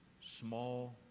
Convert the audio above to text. small